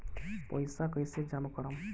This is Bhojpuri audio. पैसा कईसे जामा करम?